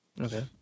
Okay